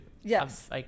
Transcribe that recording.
Yes